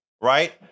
right